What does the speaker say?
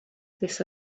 this